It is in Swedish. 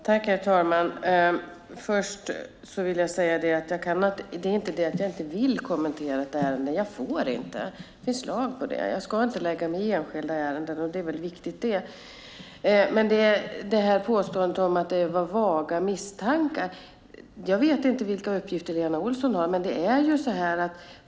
Herr talman! Först vill jag säga att det inte är det att jag inte vill kommentera ett ärende. Jag får inte. Det finns lag på det. Jag ska inte lägga mig i enskilda ärenden, och det är väl viktigt. Det påstås att det var vaga misstankar. Jag vet inte vilka uppgifter Lena Olsson har.